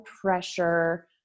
pressure